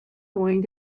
going